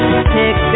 Pick